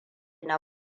na